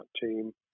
team